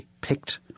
picked